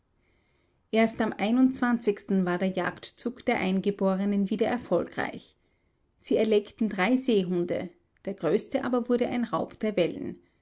erst am war der jagdzug der eingeborenen wieder erfolgreich sie erlegten drei seehunde der größte aber wurde ein raub der wellen